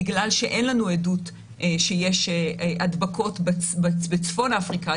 בגלל שאין לנו עדות שיש הדבקות בצפון אפריקה,